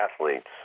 athletes